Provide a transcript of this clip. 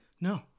no